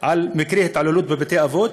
על מקרי התעללות בבתי-אבות,